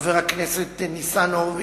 חבר הכנסת ניצן הורוביץ,